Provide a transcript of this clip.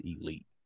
elite